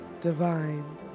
divine